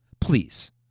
please